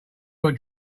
were